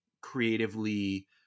creatively